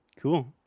cool